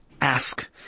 ask